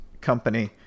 company